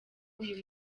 uyu